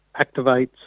activates